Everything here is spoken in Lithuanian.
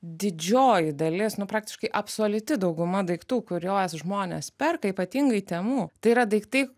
didžioji dalis nu praktiškai absoliuti dauguma daiktų kuriuos žmonės perka ypatingai temu tai yra daiktai